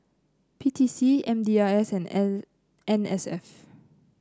P T C M D I S and N N S F